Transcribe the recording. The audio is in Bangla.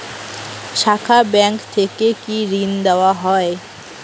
শাখা ব্যাংক থেকে কি ঋণ দেওয়া হয়?